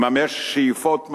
לממש שאיפות מנהיגיה,